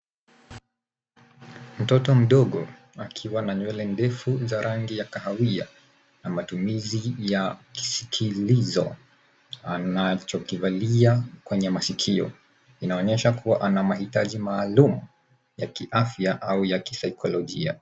Mtoto mdogo akiwa na nywele ndefu za rangi ya kahawia na matumizi ya kisikilizo anachokivalia kwenye masikio. Inaonyesha kuwa ana mahitaji maalum ya kiafya au ya kisaikolojia.